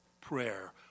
prayer